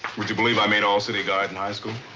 would you believe i made all-city guard in high school?